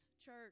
church